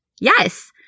Yes